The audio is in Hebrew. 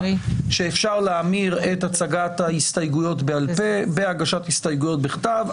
שאפשר להמיר את הצגת ההסתייגויות בעל פה בהגשת הסתייגויות בכתב,